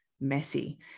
messy